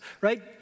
right